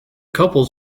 couple